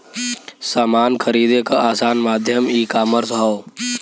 समान खरीदे क आसान माध्यम ईकामर्स हौ